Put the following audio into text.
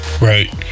Right